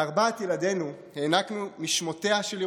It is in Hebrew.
לארבעת ילדינו הענקנו משמותיה של ירושלים: